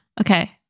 okay